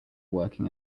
working